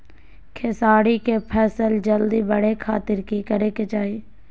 खेसारी के फसल जल्दी बड़े के खातिर की करे के चाही?